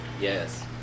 Yes